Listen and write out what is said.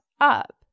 up